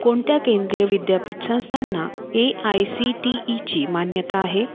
कोणत्या केंद्रीय विद्यापीठ संस्थांना ए आय सी टी ईची मान्यता आहे